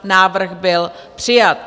Návrh byl přijat.